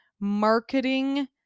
Marketing